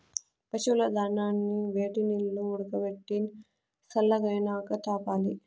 పశువుల దానాని వేడినీల్లో ఉడకబెట్టి సల్లగైనాక తాపాలి